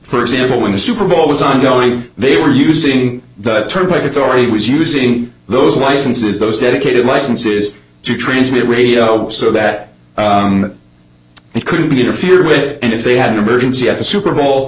for example when the super bowl was ongoing they were using the turnpike authority was using those licenses those dedicated licenses to transmit radio so that it could be interfered with and if they had an emergency at the super bowl